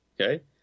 okay